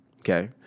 okay